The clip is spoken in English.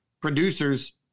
producers